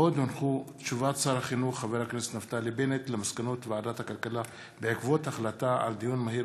פלסטינים, מסקנות ועדת הכלכלה בעקבות דיון מהיר